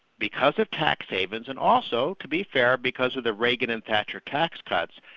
because of tax havens, and also to be fair, because of the reagan and thatcher tax cuts,